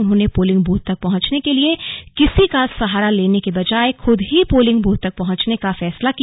उन्होंने polling booth तक पहुंचने के लिए किसी का सहारा लेन के बजाय खूद ही पोलिंग बूथ तक पहंचाने का फैसला किया